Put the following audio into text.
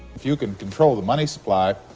if you could control the money supply,